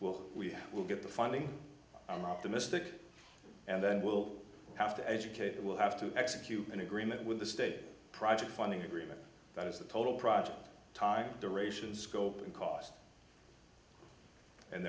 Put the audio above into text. will we will get the funding i'm optimistic and then we'll have to educate we'll have to execute an agreement with the state a private funding agreement that is the total project time duration scope and cost and